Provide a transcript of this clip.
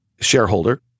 shareholder